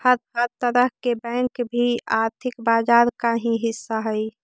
हर तरह के बैंक भी आर्थिक बाजार का ही हिस्सा हइ